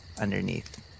underneath